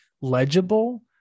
legible